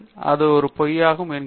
அது பொய்யாகும் என்கிறார்